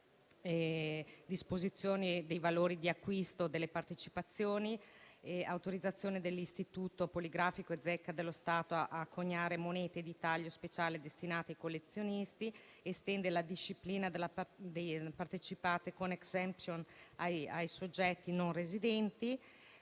disposizioni dei valori di acquisto delle partecipazioni e all'autorizzazione dell'Istituto poligrafico e Zecca dello Stato a coniare monete di taglio speciale destinate ai collezionisti. Si estende la disciplina delle partecipate con *exemption* ai soggetti non residenti;